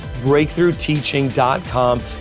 BreakthroughTeaching.com